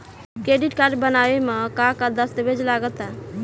Credit card बनवावे म का का दस्तावेज लगा ता?